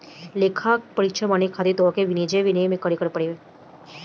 लेखापरीक्षक बने खातिर तोहके वाणिज्यि में बी.ए करेके पड़ी